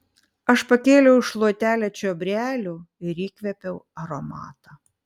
aš pakėliau šluotelę čiobrelių ir įkvėpiau aromatą